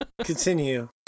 Continue